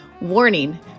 Warning